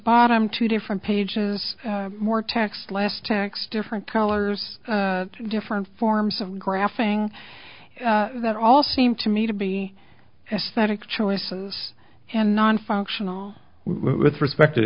bottom two different pages more tax last tax different colors different forms of graphing that all seem to me to be aesthetic choices and nonfunctional with respect to